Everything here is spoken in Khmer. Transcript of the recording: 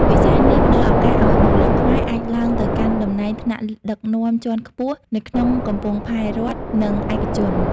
វិស័យនេះផ្តល់ឱកាសឱ្យបុគ្គលិកខ្មែរអាចឡើងទៅកាន់តំណែងថ្នាក់ដឹកនាំជាន់ខ្ពស់នៅក្នុងកំពង់ផែរដ្ឋ និងឯកជន។